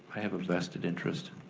i have a vested interest.